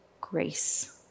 grace